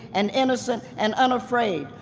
and innocent, and unafraid.